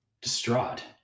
distraught